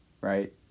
right